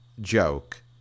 joke